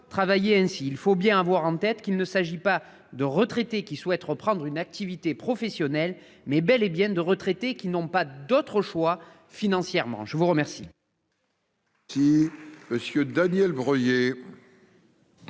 travailler. Il faut bien avoir en tête qu'il s'agit non pas de retraités qui souhaitent reprendre une activité professionnelle, mais bel et bien de retraités qui n'ont pas d'autre choix financièrement. La parole